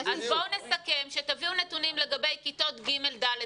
בואי נסכם שתביאו לנו את הנתונים לגבי כיתות ג'-ד',